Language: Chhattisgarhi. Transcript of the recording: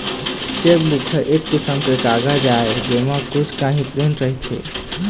चेकबूक ह एक किसम के कागज आय जेमा कुछ काही प्रिंट रहिथे